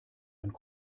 einen